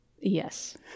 yes